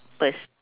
purse